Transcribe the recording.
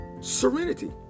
serenity